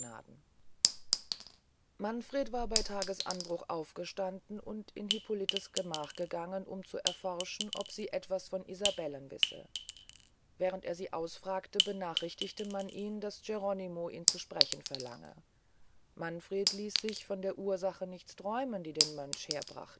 manfred war mit tages anbruch aufgestanden und in hippolitens gemach gegangen um zu erforschen ob sie etwas von isabellen wisse während er sie ausfragte benachrichtigte man ihn daß geronimo ihn zu sprechen verlange manfred ließ sich von der ursache nichts träumen die den mönch